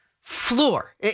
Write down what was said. floor